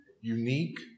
unique